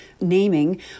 naming